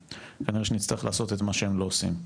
כנראה שנצטרך לעשות את מה שהם לא עושים.